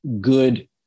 good